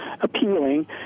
appealing